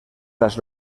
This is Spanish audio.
las